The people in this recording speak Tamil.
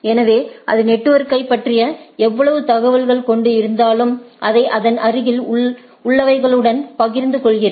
எனவே அது நெட்வொர்க்கைப் பற்றிய எவ்வளவு தகவல் கொண்டு இருந்தாலும் அதை அதன் அருகில் உள்ளவைகளுடன் பகிர்ந்து கொள்கிறது